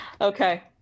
Okay